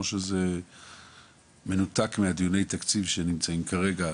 או שזה מנותק מהדיוני תקציב שנמצאים כרגע,